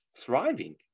thriving